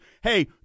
Hey